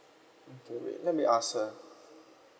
let me ask her